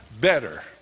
better